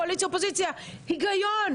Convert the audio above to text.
קואליציה או אופוזיציה אלא הגיון.